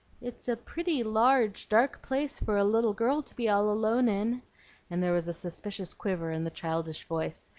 it's a pretty large, dark place for a little girl to be all alone in and there was a suspicious quiver in the childish voice,